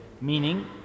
Meaning